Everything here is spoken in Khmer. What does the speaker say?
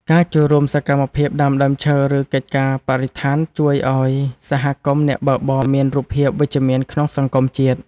ការចូលរួមក្នុងសកម្មភាពដាំដើមឈើ ឬកិច្ចការបរិស្ថានជួយឱ្យសហគមន៍អ្នកបើកបរមានរូបភាពវិជ្ជមានក្នុងសង្គមជាតិ។